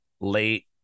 late